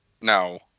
No